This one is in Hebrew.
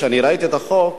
כשאני ראיתי את החוק,